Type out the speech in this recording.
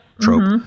trope